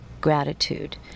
gratitude